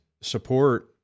support